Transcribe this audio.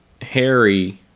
Harry